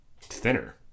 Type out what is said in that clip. thinner